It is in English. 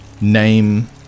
Name